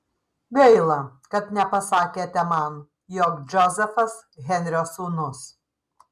gaila kad nepasakėte man jog džozefas henrio sūnus